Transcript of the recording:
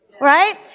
Right